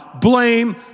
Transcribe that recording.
blame